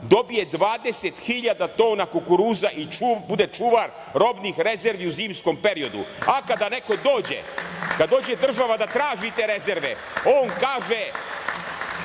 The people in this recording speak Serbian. dobije 20 hiljada tona kukuruza i bude čuvar robnih rezervi u zimskom periodu, a kada neko dođe, kad dođe država da traži te rezerve on kaže